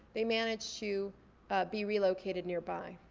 they managed to be relocated nearby.